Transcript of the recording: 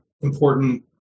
important